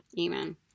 Amen